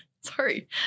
Sorry